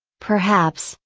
perhaps,